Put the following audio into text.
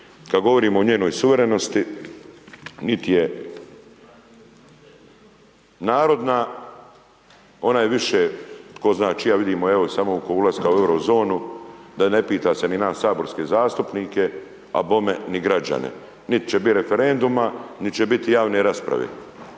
kad govorimo o njenoj suverenosti, niti je narodna, ona je više tko zna čija, vidimo evo samo oko ulaska u Eurozonu, da ne pita se ni nas saborske zastupnike, a bome ni građane. Niti će biti referenduma, niti će biti javne rasprave.